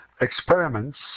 experiments